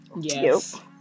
Yes